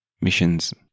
missions